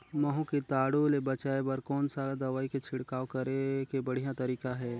महू कीटाणु ले बचाय बर कोन सा दवाई के छिड़काव करे के बढ़िया तरीका हे?